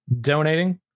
donating